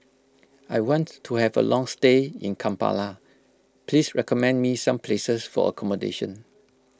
I want to have a long stay in Kampala please recommend me some places for accommodation